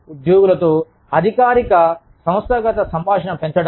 ఉద్యోగులతో అధికారిక సంస్థాగత సంభాషణను పెంచడం